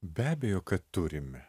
be abejo kad turime